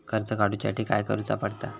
कर्ज काडूच्या साठी काय करुचा पडता?